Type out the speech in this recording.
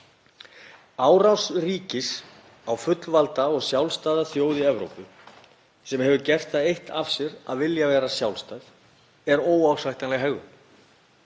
Árás ríkis á fullvalda og sjálfstæða þjóð í Evrópu sem hefur gert það eitt af sér að vilja vera sjálfstæð er óásættanleg hegðun